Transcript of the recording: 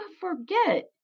forget